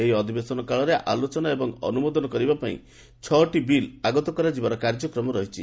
ଏହି ଅଧିବେଶନ କାଳରେ ଆଲୋଚନା ଏବଂ ଅନୁମୋଦନ କରିବା ପାଇଁ ଛଅଟି ବିଲ୍ ଆଗତ କରାଯିବାର କାର୍ଯ୍ୟକ୍ରମ ରହିଛି